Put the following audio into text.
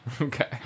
Okay